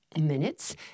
minutes